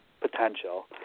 potential